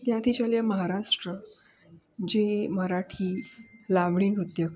ત્યાંથી ચાલીએ મહારાષ્ટ્ર જે મરાઠી લાવણી નૃત્ય